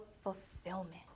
fulfillment